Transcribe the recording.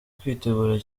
kwitegura